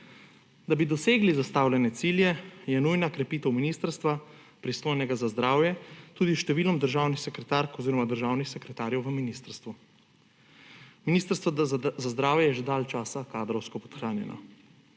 Da bi dosegli zastavljene cilje, je nujna krepitev ministrstva, pristojnega za zdravje, tudi s številom državnih sekretark oziroma državnih sekretarjev v ministrstvu. Ministrstvo za zdravje je že dalj časa kadrovsko podhranjeno.